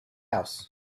house